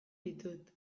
ditut